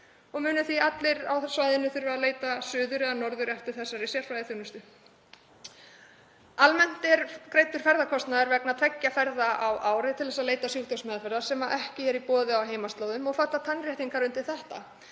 og munu því allir á svæðinu þurfa að leita suður eða norður eftir þessari sérfræðiþjónustu. Almennt er greiddur ferðakostnaður vegna tveggja ferða á ári til að leita sjúkdómsmeðferðar sem ekki er í boði á heimaslóðum og falla tannréttingar undir það.